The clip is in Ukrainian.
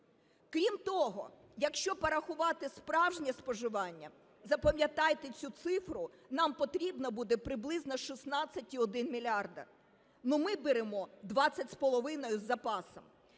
Крім того, якщо порахувати справжнє споживання, запам'ятайте цю цифру, нам потрібно буде приблизно 16,1 мільярда. Ну ми беремо 20,5 з запасом.